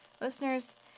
Listeners